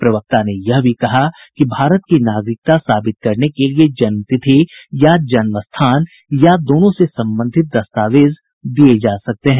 प्रवक्ता ने यह भी कहा कि भारत की नागरिकता साबित करने के लिए जन्म तिथि या जन्म स्थान या दोनों से संबंधित दस्तावेज दिए जा सकते हैं